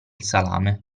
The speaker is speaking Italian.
salame